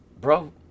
Bro